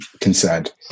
concerned